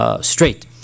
straight